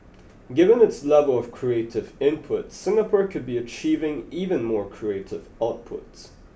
given its level of creative input Singapore could be achieving even more creative outputs